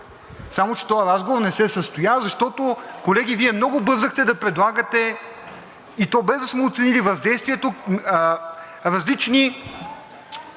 Само че този разговор не се състоя, защото, колеги, Вие много бързахте да предлагате, и то без да сме оценили въздействието, различни